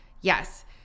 yes